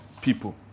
people